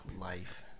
life